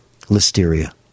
Listeria